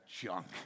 junk